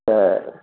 तऽ